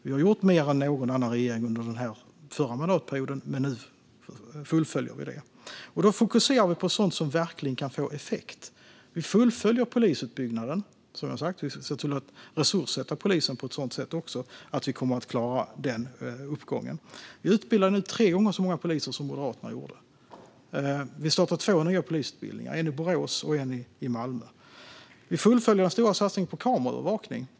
Vi gjorde mer än någon annan regering under den förra mandatperioden, och nu fullföljer vi det. Vi fokuserar på sådant som verkligen kan få effekt. Vi fullföljer polisutbyggnaden, som jag har sagt, och vi ser till att resurssätta polisen på ett sådant sätt att vi kommer att klara den uppgången. Vi utbildar nu tre gånger så många poliser som Moderaterna gjorde och startar två nya polisutbildningar: en i Borås och en i Malmö. Vi fullföljer den stora satsningen på kameraövervakning.